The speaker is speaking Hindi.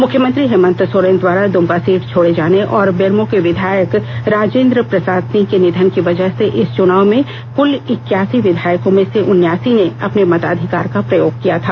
मुख्यमंत्री हेमन्त सोरेन द्वारा दुमका सीट छोड़े जाने और बेरमो के विधायक राजें द्र पसाद सिंह के निधन की वजह से इस चुनाव में कुल इक्कासी विधायकों में से उनासी ने अपने मताधिकार का प्रयोग किया था